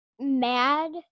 mad